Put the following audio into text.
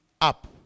up